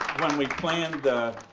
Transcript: when we planned the,